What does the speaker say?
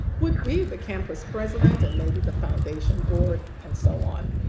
would be the campus president and maybe the foundation board and so on.